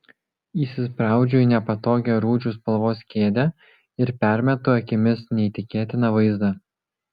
įsispraudžiu į nepatogią rūdžių spalvos kėdę ir permetu akimis neįtikėtiną vaizdą